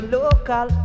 local